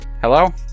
Hello